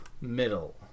middle